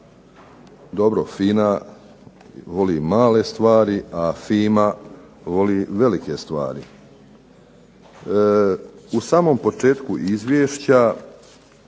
Dobro, FINA voli male stvari a FIMA voli velike stvari. U samom početku izvješća